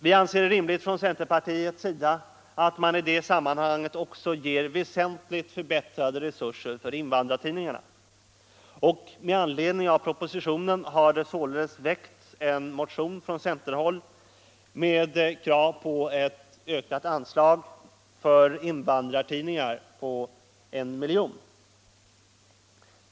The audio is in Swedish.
Vi anser det rimligt att man i det sammanhanget också ger väsentligt förbättrade resurser till invandrartidningarna. Med anledning av propositionen har vi från centerhåll väckt en motion med förslaget att anslaget till invandrartidningar skall höjas med 1 milj.kr.